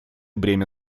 бремя